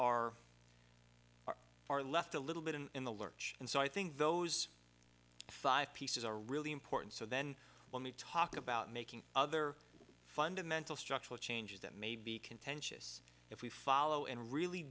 are or left a little bit in in the lurch and so i think those five pieces are really important so then when we talk about making other fundamental structural changes that may be contentious if we follow and really